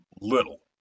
little